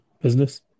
business